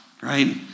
right